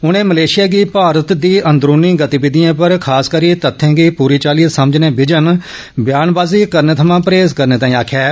उनें मलेशिया गी भारत दी अंदरूनी गतिविधियें पर खास करी तथ्यें गी पूरी चाल्ली समझने बिजन ब्यानवाजी करने थमां परहेज करने तांई आक्खेआ ऐ